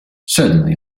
certainly